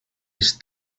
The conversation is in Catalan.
els